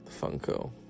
Funko